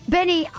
Benny